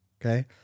Okay